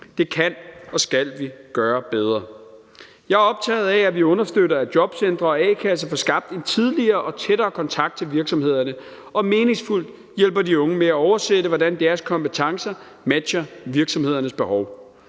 Det kan og skal vi gøre bedre. Jeg er optaget af, at vi understøtter, at jobcentre og a-kasser får skabt en tidligere og tættere kontakt til virksomhederne og meningsfuldt hjælper de unge med at oversætte, hvordan deres kompetencer matcher virksomhedernes behov.